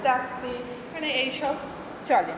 taxi মানে এইসব চলে